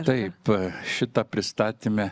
taip šita pristatyme